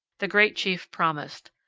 the great chief promised.